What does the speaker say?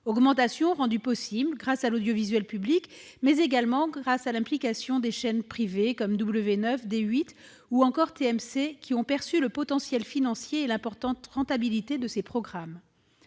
hausse a été rendue possible grâce non seulement à l'audiovisuel public, mais aussi à l'implication des chaînes privées comme W9, D8 ou encore TMC, qui ont perçu le potentiel financier et l'importante rentabilité de ces programmes.